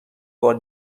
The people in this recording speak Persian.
بار